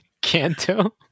Canto